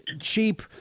cheap